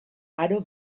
aro